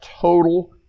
total